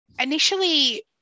initially